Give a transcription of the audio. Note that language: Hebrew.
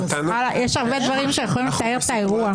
יש הרבה דברים שיכולים לתאר את האירוע.